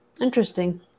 Interesting